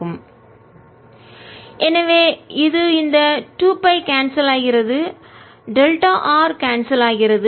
2A 0JJ K σ2πr rr 2π σrω 2Ax 0Jx 2Ay 0Jy Az0 எனவே இது இந்த 2 π cancel ஆகிறது டெல்டா ஆர் கான்செல் ஆகிறது